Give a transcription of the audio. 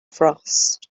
frost